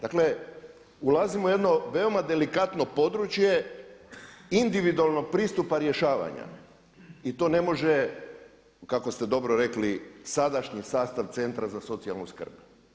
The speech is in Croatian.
Dakle, ulazimo u jedno veoma delikatno područje individualnog pristupa rješavanja i to ne može kako ste dobro rekli sadašnji sastav Centra za socijalnu skrb.